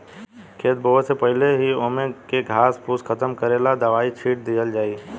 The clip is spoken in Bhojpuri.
खेत बोवे से पहिले ही ओमे के घास फूस खतम करेला दवाई छिट दिहल जाइ